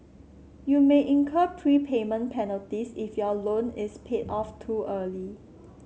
you may incur prepayment penalties if your loan is paid off too early